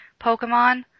Pokemon